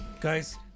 Guys